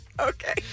Okay